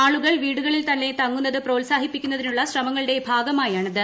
ആളുകൾ വീടുകളിൽ തന്നെ തങ്ങുന്നത് പ്രോത്സാഹിപ്പിക്കുന്നതിനുള്ള ശ്രമങ്ങളുടെ ഭാഗമായാണിത്